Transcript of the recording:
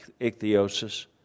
ichthyosis